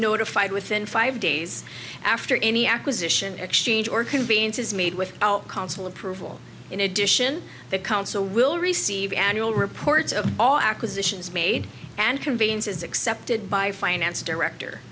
notified within five days after any acquisition exchange or convenience is made with our consul approval in addition the council will receive annual reports of all acquisitions made and conveniences accepted by finance director